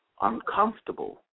uncomfortable